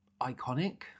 iconic